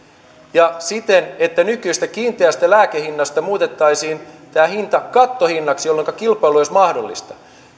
ja siten että nykyisestä kiinteästä lääkehinnasta muutettaisiin tämä hinta kattohinnaksi jolloinka kilpailu olisi mahdollista